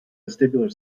vestibular